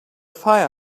fire